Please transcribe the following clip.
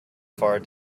far